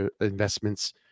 investments